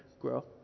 grow